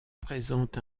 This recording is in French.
présente